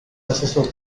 asesor